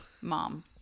mom